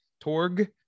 Torg